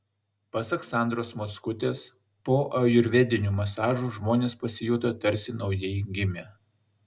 pasak sandros mockutės po ajurvedinių masažų žmonės pasijuto tarsi naujai gimę